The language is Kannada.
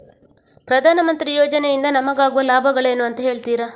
ಪ್ರಧಾನಮಂತ್ರಿ ಯೋಜನೆ ಇಂದ ನಮಗಾಗುವ ಲಾಭಗಳೇನು ಅಂತ ಹೇಳ್ತೀರಾ?